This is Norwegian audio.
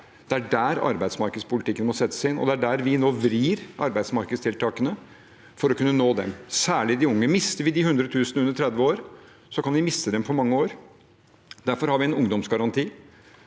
Det er der arbeidsmarkedspolitikken må settes inn, og det er der vi nå vrir arbeidsmarkedstiltakene for å kunne nå dem, særlig de unge. Mister vi de 100 000 under 30 år, kan vi miste dem for mange år. Derfor har vi en ungdomsgaranti,